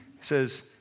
says